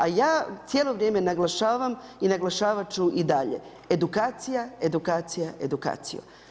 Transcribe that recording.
A ja cijelo vrijeme naglašavam i naglašavat ću i dalje edukacija, edukacija, edukacija.